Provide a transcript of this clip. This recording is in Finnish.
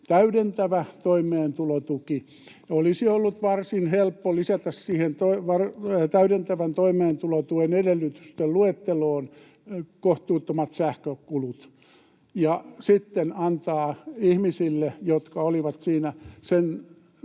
täydentävä toimeentulotuki. Olisi ollut varsin helppo lisätä siihen täydentävän toimeentulotuen edellytysten luetteloon kohtuuttomat sähkökulut, ja sitten ihmisille, jotka olivat sen tuen